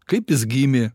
kaip jis gimė